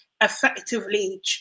effectively